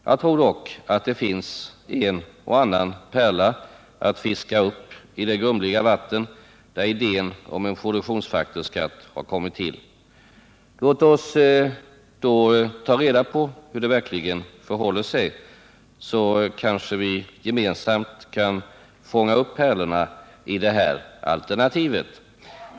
Jag tror dock att det finns en och annan pärla att fiska upp i det grumliga vatten där idén om en produktionsfaktorsskatt har kommit till. Låt oss ta reda på hur det verkligen förhåller sig, så kan vi kanske gemensamt fånga upp pärlorna i det här alternativet!